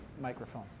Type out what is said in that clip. microphone